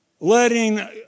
letting